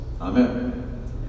Amen